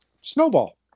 Snowball